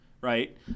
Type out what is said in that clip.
right